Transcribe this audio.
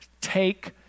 take